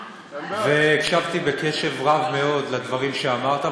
והקשבתי בקשב רב מאוד לדברים שאמרת,